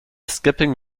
skipping